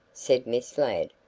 said miss ladd.